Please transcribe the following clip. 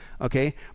okay